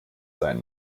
sein